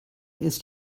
ist